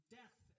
death